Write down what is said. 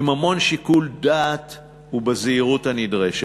עם המון שיקול דעת ובזהירות הנדרשת.